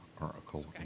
article